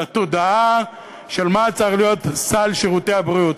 התודעה של מה צריך להיות סל שירותי הבריאות.